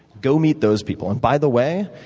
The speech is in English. go meet those people. and by the way,